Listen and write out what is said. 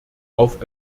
auf